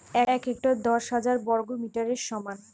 এক হেক্টর দশ হাজার বর্গমিটারের সমান